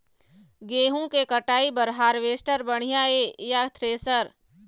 गेहूं के कटाई बर हारवेस्टर बढ़िया ये या थ्रेसर?